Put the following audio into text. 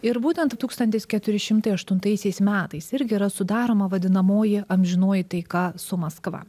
ir būtent tūkstantis keturi šimtai aštuntaisiais metais irgi yra sudaroma vadinamoji amžinoji taika su maskva